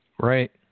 Right